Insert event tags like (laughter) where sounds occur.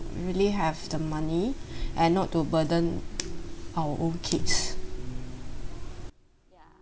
really have the money (breath) and not to burden our own kids